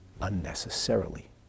unnecessarily